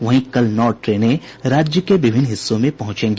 वहीं कल नौ ट्रेनें राज्य के विभिन्न हिस्सों में पहुंचेगी